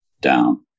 down